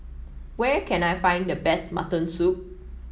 where can I find the best Mutton Soup